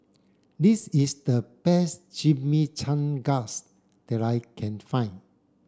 this is the best Chimichangas that I can find